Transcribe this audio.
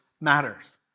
matters